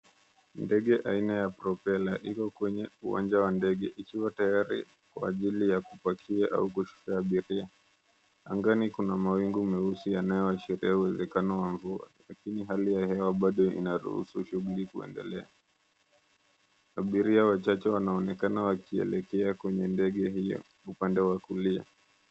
Ndege aina ya propela iko kwenye uwanja wa ndege ikiwa tayari kwa ajili ya kupakia au kushusha abiria. Angani kuna mawingu meusi yanyoashiria uwezekano wa mvua lakini hali ya hewa bado inaruhusu shughuli kuendelea. Abiria wachache wanaonekana wakielekea kwenye ndege hio upande wa kulia.